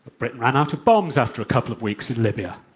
britain ran out of bombs after a couple of weeks in libya.